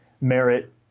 merit –